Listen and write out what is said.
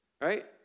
right